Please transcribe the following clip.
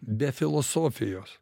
be filosofijos